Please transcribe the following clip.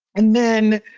and then,